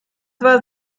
war